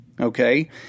okay